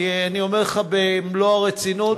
כי אני אומר לך במלוא הרצינות,